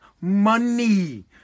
money